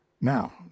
Now